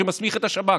שמסמיך את השב"כ,